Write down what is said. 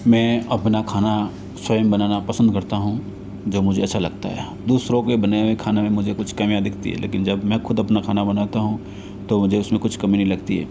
मैं अपना खाना स्वयं बनाना पसंद करता हूँ जो मुझे अच्छा लगता है दूसरों के बने हुए खाने में मुझे कुछ कमियाँ दिखती हैं लेकिन जब मैं खुद अपना खाना बनाता हूँ तो मुझे उसमें कुछ कमी नहीं लगती है